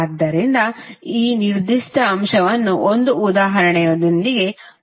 ಆದ್ದರಿಂದ ಈ ನಿರ್ದಿಷ್ಟ ಅಂಶವನ್ನು ಒಂದು ಉದಾಹರಣೆಯೊಂದಿಗೆ ಚರ್ಚಿಸುತ್ತೇವೆ